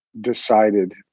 decided